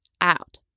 out